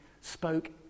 spoke